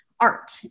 art